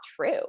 true